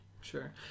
sure